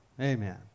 Amen